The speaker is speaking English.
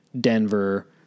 Denver